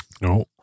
No